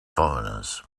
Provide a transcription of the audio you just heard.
foreigners